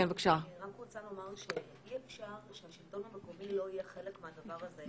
אני רק רוצה לומר שאי אפשר שהשלטון המקומי לא יהיה חלק מהדבר הזה.